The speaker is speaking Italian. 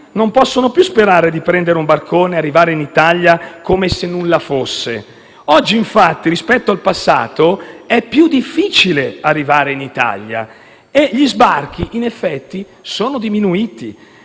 non possono più sperare di prendere un barcone e arrivare in Italia come se nulla fosse. In effetti, rispetto al passato, oggi è più difficile arrivare in Italia e gli sbarchi sono diminuiti.